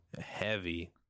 Heavy